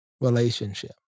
relationship